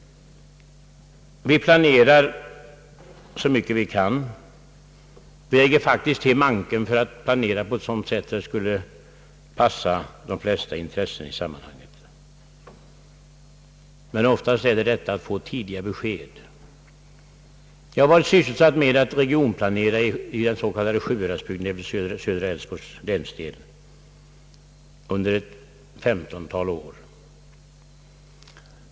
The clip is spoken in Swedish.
Vi planerar så mycket vi kan. Vi lägger faktiskt manken till för att planera på ett sådant sätt att det skall passa de flesta intressen i sammanhanget. Men oftast är det detta att få tidiga besked som är svårigheten. Jag har varit sysselsatt med att regionplanera i den s.k. Sjuhäradsbygden i södra Älvsborgs län under ett femtontal år.